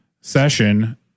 session